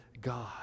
God